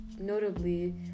notably